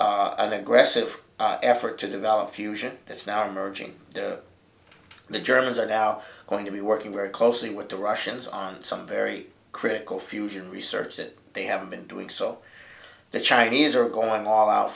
on an aggressive effort to develop fusion that's now emerging the germans are now going to be working very closely with the russians on some very critical fusion research that they haven't been doing so the chinese are going all out